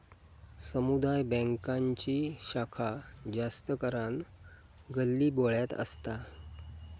समुदाय बॅन्कांची शाखा जास्त करान गल्लीबोळ्यात असता